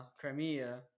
Crimea